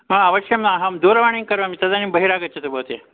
हा अवश्यम् अहं दूरवाणीं करोमि तदानीं बहिरागच्छतु भवती